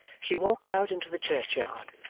she walked out into the churchyard,